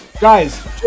Guys